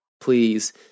please